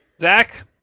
Zach